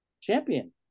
champion